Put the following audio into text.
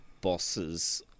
bosses